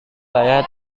saya